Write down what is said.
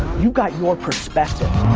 you got your perspective.